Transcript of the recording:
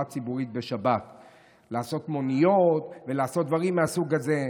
ציבורית בשבת לעשות מוניות ולעשות דברים מהסוג הזה.